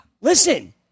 listen